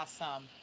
awesome